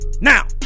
Now